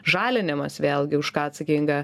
žalinimas vėlgi už ką atsakinga